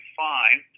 fine